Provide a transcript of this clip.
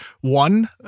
one